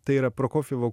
tai yra prokofjevo